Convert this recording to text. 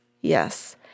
Yes